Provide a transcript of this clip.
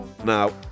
Now